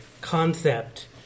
concept